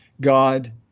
God